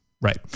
Right